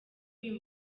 uyu